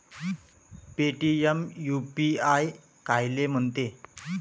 Paytm UPI कायले म्हनते?